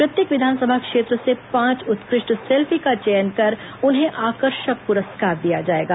प्रत्येक विधानसभा क्षेत्र से पांच उत्कृष्ट सेल्फी का चयन कर उन्हें आकर्षक पुरस्कार दिया जाएगा